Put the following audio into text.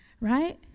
Right